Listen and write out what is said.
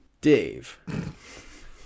dave